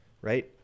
right